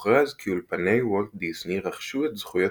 הוכרז כי אולפני וולט דיסני רכשו את זכויות